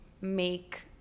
make